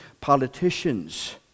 Politicians